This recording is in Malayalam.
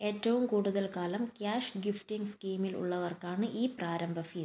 ഏറ്റവും കൂടുതൽ കാലം ക്യാഷ് ഗിഫ്റ്റിംഗ് സ്കീമിൽ ഉള്ളവർക്കാണ് ഈ പ്രാരംഭ ഫീസ്